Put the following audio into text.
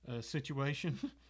situation